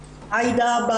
עאידה,